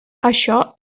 això